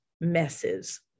messes